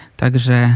także